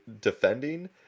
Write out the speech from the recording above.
defending